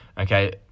okay